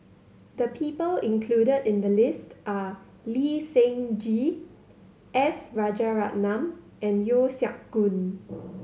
the people included in the list are Lee Seng Gee S Rajaratnam and Yeo Siak Goon